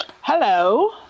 Hello